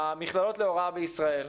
המכללות להוראה בישראל,